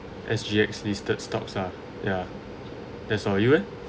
S_G_X listed stocks ah yeah that's for you leh